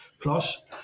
plus